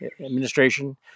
Administration